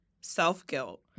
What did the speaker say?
self-guilt